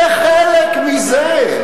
זה חלק מזה.